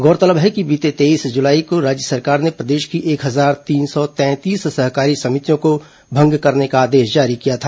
गौरतलब है कि बीते तेईस जुलाई को राज्य सरकार ने प्रदेश की एक हजार तीन सौ तैंतीस सहकारी समितियों को भंग करने का आदेश जारी किया था